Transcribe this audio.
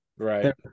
right